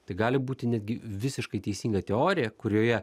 tai gali būti netgi visiškai teisinga teorija kurioje